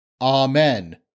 Amen